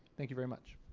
thank you very much.